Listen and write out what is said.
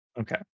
Okay